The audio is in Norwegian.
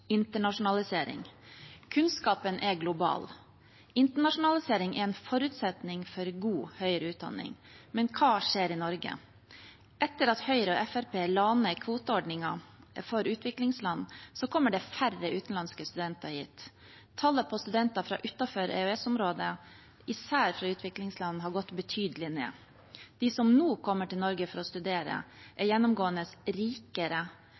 Kunnskapen er global. Internasjonalisering er en forutsetning for god høyere utdanning, men hva skjer i Norge? Etter at Høyre og Fremskrittspartiet la ned kvoteordningen for utviklingsland, kommer det færre utenlandske studenter hit. Tallet på studenter fra utenfor EØS-området, ikke minst fra utviklingsland, har gått betydelig ned. De som nå kommer til Norge for å studere, er gjennomgående rikere,